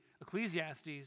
Ecclesiastes